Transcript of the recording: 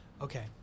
Okay